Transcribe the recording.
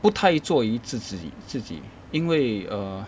不太做与自自己自己因为 err